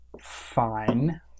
Fine